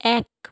এক